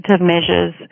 measures